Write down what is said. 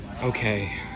Okay